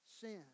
sin